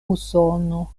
usono